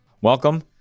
welcome